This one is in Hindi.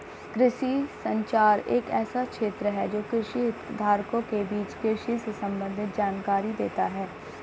कृषि संचार एक ऐसा क्षेत्र है जो कृषि हितधारकों के बीच कृषि से संबंधित जानकारी देता है